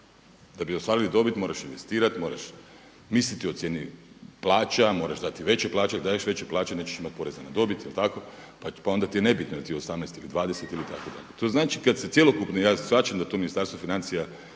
Da bi ostvarili dobit moraš investirati, moraš misliti o cijeni plaća, moraš dati veće plaće, ako daješ veće plaće nećeš imati poreza na dobit jer tako? Pa onda ti je nebitno jer je 18 ili 20 li tako dalje. To znači kad se cjelokupni, ja shvaćam da tu Ministarstvo financija